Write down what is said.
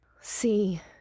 See